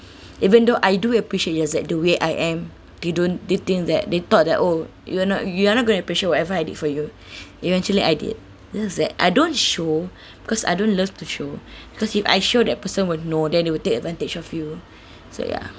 even though I do appreciate just that the way I am they don't they'll think that they thought that oh you are not you are not going to appreciate whatever I did for you eventually I did just that I don't show because I don't love to show because if I showed that person would know then they will take advantage of you so ya